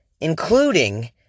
including